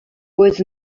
was